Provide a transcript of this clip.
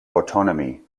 autonomy